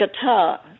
guitar